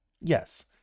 Yes